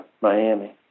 Miami